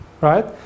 right